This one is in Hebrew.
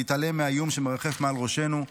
להתעלם מהאיום שמרחף מעל ראשנו,